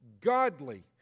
godly